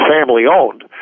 family-owned